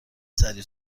سریع